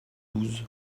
douze